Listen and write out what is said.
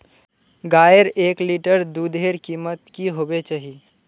गायेर एक लीटर दूधेर कीमत की होबे चही?